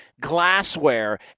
glassware